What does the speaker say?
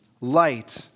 light